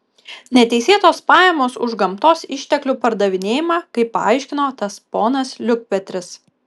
neteisėtos pajamos už gamtos išteklių pardavinėjimą kaip paaiškino tas ponas liukpetris